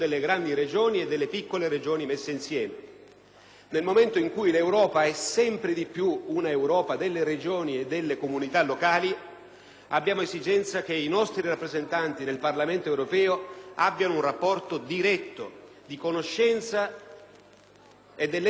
Nel momento in cui l'Europa è sempre di più delle Regioni e delle comunità locali, avvertiamo l'esigenza che i nostri rappresentanti nel Parlamento europeo abbiano un rapporto diretto di conoscenza - e di essere riconosciuti - con il territorio che rappresentano.